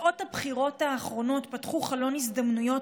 תוצאות הבחירות האחרונות פתחו חלון הזדמנויות